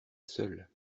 seule